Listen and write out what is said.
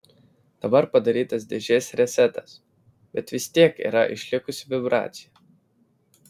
dabar padarytas dėžės resetas bet vis tiek yra išlikus vibracija